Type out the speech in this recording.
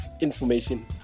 information